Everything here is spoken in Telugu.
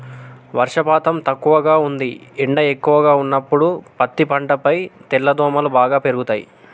వర్షపాతం తక్కువగా ఉంది ఎండ ఎక్కువగా ఉన్నప్పుడు పత్తి పంటపై తెల్లదోమలు బాగా పెరుగుతయి